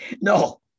no